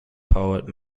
poet